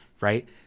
right